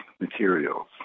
materials